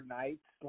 nights